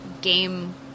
game